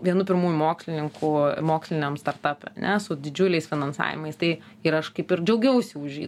vienu pirmųjų mokslininkų moksliniam startape ane su didžiuliais finansavimais tai ir aš kaip ir džiaugiausi už jį